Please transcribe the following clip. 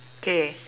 K